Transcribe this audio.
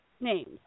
names